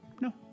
No